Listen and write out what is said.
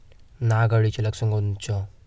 नाग अळीचं लक्षण कोनचं?